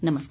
नमस्कार